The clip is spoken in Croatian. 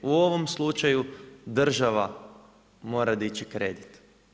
U ovom slučaju država mora dići kredit.